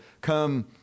come